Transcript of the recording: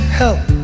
help